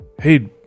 hey